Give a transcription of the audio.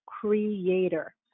Creator